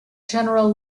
general